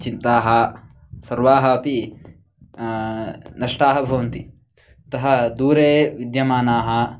चिन्ताः सर्वाः अपि नष्टाः भवन्ति अतः दूरे विद्यमानाः